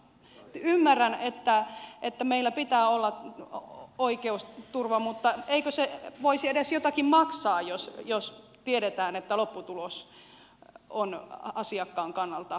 ymmärrän että meillä pitää olla oikeusturva mutta eikö se voisi edes jotakin maksaa jos tiedetään että lopputulos on asiakkaan kannalta päinvastainen